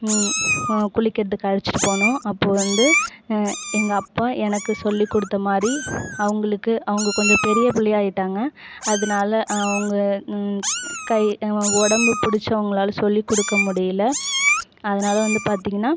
குளிக்கறதுக்கு அழைச்ட்டு போனோம் அப்போ வந்து எங்கள் அப்பா எனக்கு சொல்லி கொடுத்தமாதிரி அவங்களுக்கு அவங்க கொஞ்சம் பெரிய பிள்ளையா ஆயிட்டாங்க அதனால் அவங்க கை உடம்ப பிடுச்சி அவங்ளால் சொல்லி கொடுக்க முடியல அதனால் வந்து பார்த்திங்கனா